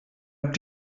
habt